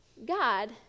God